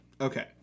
Okay